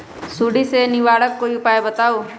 सुडी से निवारक कोई उपाय बताऊँ?